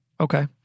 Okay